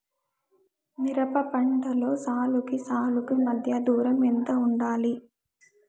మిరప పంటలో సాలుకి సాలుకీ మధ్య దూరం ఎంత వుండాలి?